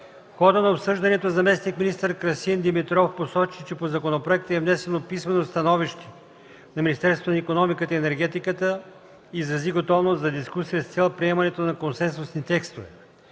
хода на обсъждането заместник-министър Красин Димитров посочи, че по законопроекта е внесено писмено становище на Министерството на икономиката и енергетиката, и изрази готовност за дискусия с цел приемането на консенсусни текстове.